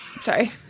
Sorry